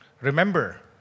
Remember